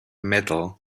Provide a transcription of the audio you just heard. metal